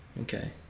okay